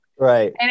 Right